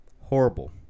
Horrible